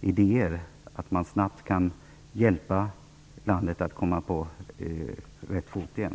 idéer att man snabbt kan hjälpa landet att komma på rätt fot igen.